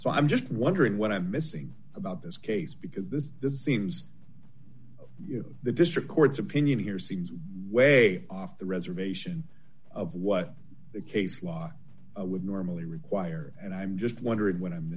so i'm just wondering what i'm missing about this case because this seems the district court's opinion here seems way off the reservation of what the case law would normally require and i'm just wondering when i'm